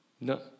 No